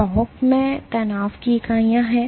तो tau में तनाव की इकाइयाँ हैं